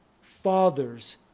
fathers